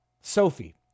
Sophie